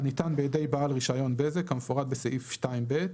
הניתן בידי בעל רישיון בזק כמפורט בסעיף 2(ב)